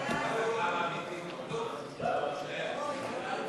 ההסתייגות (31) של חבר הכנסת